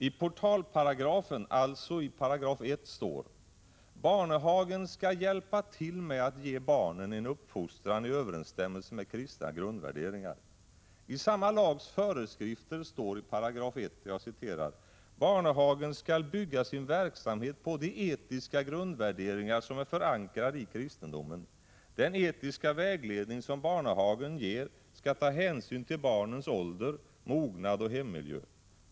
I portalparagrafen, 1 §, står det: ”Barnehagen skall hjälpa till med att ge barnen en uppfostran i överensstämmelse med kristna grundvärderingar.” I samma lags föreskrifter står det i 1§: ”Barnehagen skall bygga sin verksamhet på de etiska grundvärderingar som är förankrade i kristendomen. Den etiska vägledning som barnehagen ger skall ta hänsyn till barnens ålder, mognad och hemmiljö.